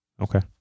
Okay